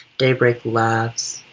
daybreak laughs.